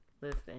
listen